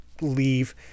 leave